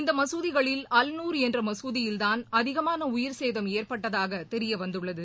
இந்தமசூதிகளில் Al Noor என்றமசூதியில்தான் அதிகமானஉயிர் சேதம் ஏற்பட்டதாகதெரியவந்துள்ளது